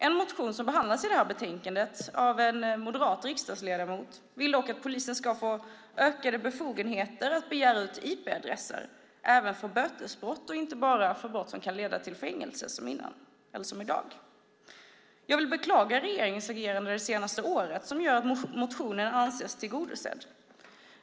En motion som behandlas i det här betänkandet, av en moderat riksdagsledamot, vill dock att polisen ska få ökade befogenheter att begära ut IP-adresser även för bötesbrott och inte bara för brott som kan leda till fängelse, som i dag. Jag vill beklaga regeringens agerande under det senaste året, som gör att motionen anses tillgodosedd.